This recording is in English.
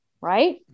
Right